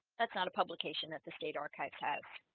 that's not a publication that the state archives have